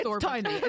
tiny